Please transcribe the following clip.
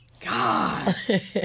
God